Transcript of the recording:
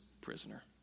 prisoner